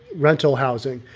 rental housing,